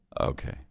Okay